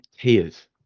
tears